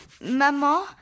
Maman